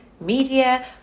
media